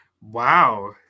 Wow